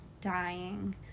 dying